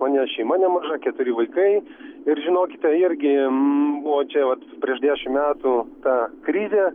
mane šeima nemaža keturi vaikai ir žinokite irgi buvo čia vat prieš dešimt metų ta krizė